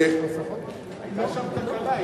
יש שם תקלה.